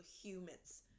humans